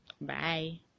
bye